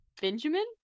Benjamin